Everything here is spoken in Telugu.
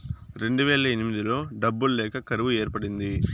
రెండువేల ఎనిమిదిలో డబ్బులు లేక కరువు ఏర్పడింది